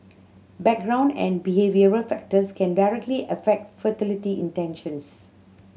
background and behavioural factors can directly affect fertility intentions